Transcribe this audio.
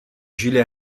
jules